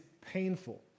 painful